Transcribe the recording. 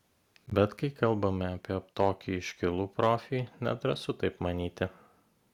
bet kai kalbame apie tokį iškilų profį nedrąsu taip manyti